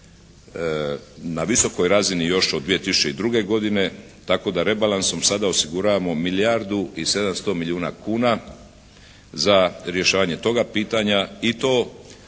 na visokoj razini još od 2002. godine., tako da rebalansom sada osiguravamo milijardu i 700 milijuna kuna za rješavanje toga pitanja i to